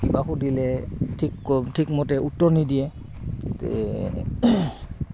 কিবা সুধিলে ঠিক ঠিকমতে উত্তৰ নিদিয়ে